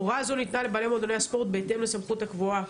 הוראה זו ניתנה לבעלי מועדוני הספורט בהתאם לסמכות הקבועה...".